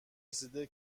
رسیده